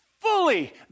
fully